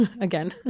again